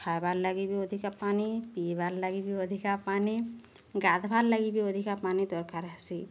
ଖାଏବାର୍ ଲାଗି ବି ଅଧିକା ପାନି ପିଇବାର୍ ଲାଗି ବି ଅଧିକା ପାନି ଗାଧ୍ବାର୍ ଲାଗି ବି ଅଧିକା ପାନି ଦରକାର୍ ହେସି